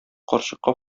карчыкка